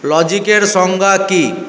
লজিকের সংজ্ঞা কী